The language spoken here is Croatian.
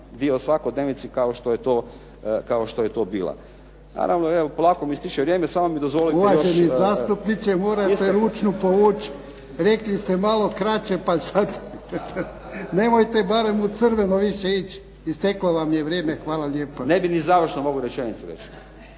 dio svakodnevnice kao što je to bila. Naravno evo polako mi ističe vrijeme samo mi dozvolite još… **Jarnjak, Ivan (HDZ)** Uvaženi zastupniče morate ručnu povuć. Rekli ste malo kraće, pa sad, nemojte barem u crveno više ići. Isteklo vam je vrijeme. Hvala lijepo. **Denona, Luka (SDP)** Ne